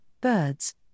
birds